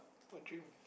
what dream